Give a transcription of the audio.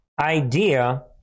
idea